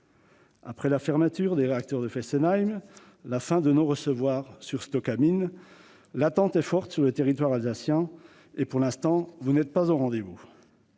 Après la fermeture des réacteurs de Fessenheim et la fin de non-recevoir sur StocaMine, l'attente est forte sur le territoire alsacien. Pour l'instant, monsieur le